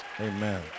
Amen